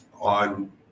On